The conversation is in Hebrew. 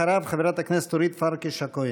אחריו, חברת הכנסת אורית פרקש-הכהן.